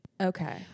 Okay